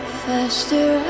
faster